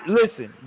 listen